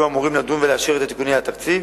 אמורים לדון ולאשר את התיקונים בתקציב.